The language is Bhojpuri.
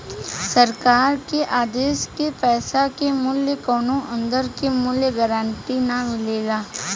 सरकार के आदेश के पैसा के मूल्य कौनो अंदर के मूल्य गारंटी से ना मिलेला